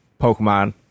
Pokemon